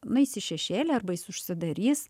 nueis į šešėlį arba jis užsidarys